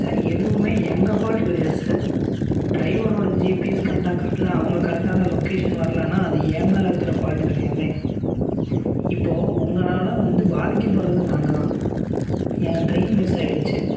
sir எதுவும் எங்கள் fault கிடையாது சார் ட்ரைவரோடய ஜிபிஎஸ் கரெக்டாக காட்டல அவங்க கரெக்டான லொகேஷன் வரலனா அது என் மேல் இருக்கிற ஃபால்ட்டு கிடையாதே இப்போது உங்களால வந்து பாதிக்கப்படுறது நாங்கள்தான் என் ட்ரெயின் மிஸ் ஆகிருச்சி